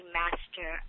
master